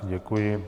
Děkuji.